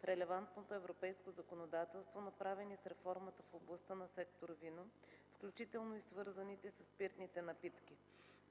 в релевантното европейско законодателство, направени с реформата в областта на сектор „Вино”, включително и свързаните със спиртните напитки.